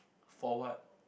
for what